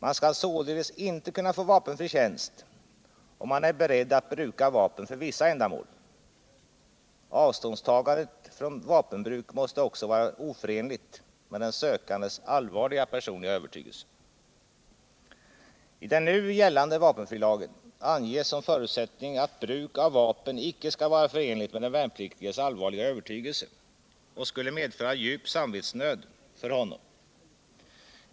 Man skall således inte kunna få vapenfri tjänst, om man är beredd att bruka vapen för vissa ändamål. Användandet av vapen måste också vara oförenligt med den sökandes allvarliga personliga övertygelse. I den nu gällande vapenfrilagen anges som förutsättning att bruk av vapen mot annan människa icke skall vara förenligt med den värnpliktiges allvarliga övertygelse och skulle medföra djup samvetsnöd för honom.